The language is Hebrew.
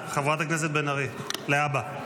הכנסת בן ארי, להבא.